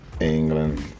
england